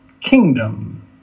kingdom